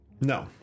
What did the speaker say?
No